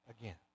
again